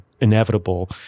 inevitable